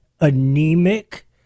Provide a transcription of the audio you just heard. anemic